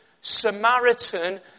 Samaritan